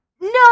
No